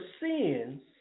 sins